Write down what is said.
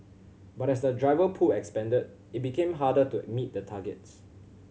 but as the driver pool expanded it became harder to meet the targets